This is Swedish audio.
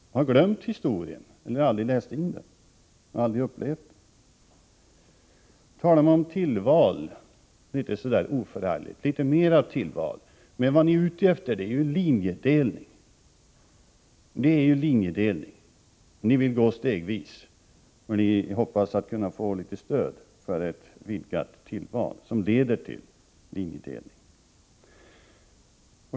De har glömt historien — eller aldrig läst på den och aldrig upplevt den. Man talar om tillval så där oförargligt — litet mera tillval. Men vad ni är ute efter är ju linjedelning. Ni vill gå fram stegvis och hoppas kunna få litet stöd för ett vidgat tillval som leder till linjedelning.